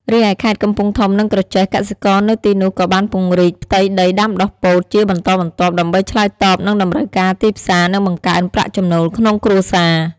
រីឯខេត្តកំពង់ធំ និងក្រចេះ កសិករនៅទីនោះក៏បានពង្រីកផ្ទៃដីដាំដុះពោតជាបន្តបន្ទាប់ ដើម្បីឆ្លើយតបនឹងតម្រូវការទីផ្សារ និងបង្កើនប្រាក់ចំណូលក្នុងគ្រួសារ។